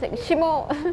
like shimo